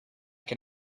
can